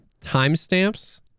timestamps